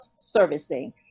servicing